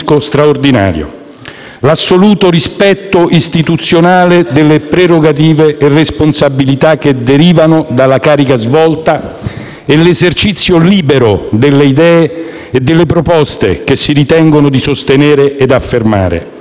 e l'esercizio libero delle idee e delle proposte che si ritengono di sostenere ed affermare. Questo si è visto attraverso la qualità e quantità del lavoro svolto dalla 8a Commissione,